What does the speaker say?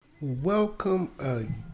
Welcome